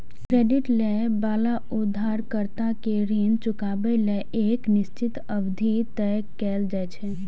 credit लए बला उधारकर्ता कें ऋण चुकाबै लेल एक निश्चित अवधि तय कैल जाइ छै